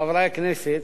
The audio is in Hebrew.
חברי הכנסת,